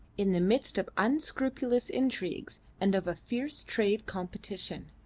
in the midst of unscrupulous intrigues and of a fierce trade competition.